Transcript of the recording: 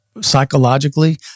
psychologically